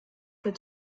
für